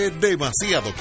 demasiado